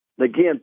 Again